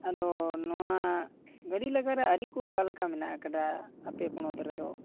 ᱟᱫᱚ ᱱᱚᱣᱟ ᱜᱟ ᱰᱤ ᱞᱟᱜᱟᱨᱮ ᱟᱹᱨᱤ ᱠᱚ ᱚᱠᱟᱞᱮᱠᱟ ᱢᱮᱱᱟᱜ ᱟᱠᱟᱫᱟ ᱟᱯᱮ ᱯᱚᱱᱚᱛ ᱨᱮᱫᱚ